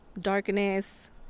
darkness